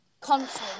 console